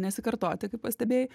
nesikartoti kaip pastebėjai